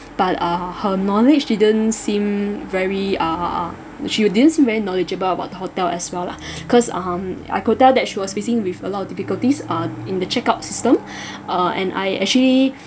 but uh her knowledge didn't seem very uh she were didn't very knowledgeable about the hotel as well lah because um I could tell that she was facing with a lot of difficulties uh in the checkout system uh and I actually